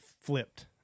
flipped